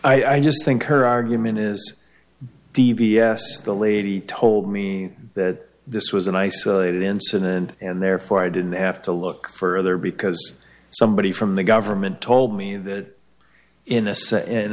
point i just think her argument is d b s the lady told me that this was an isolated incident and therefore i didn't have to look further because somebody from the government told me that in